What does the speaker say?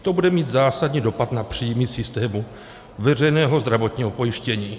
To bude mít zásadní dopad na příjmy systému veřejného zdravotního pojištění.